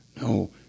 No